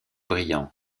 brillant